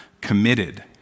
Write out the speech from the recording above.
committed